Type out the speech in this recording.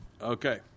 Okay